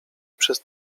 przez